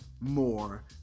more